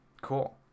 cool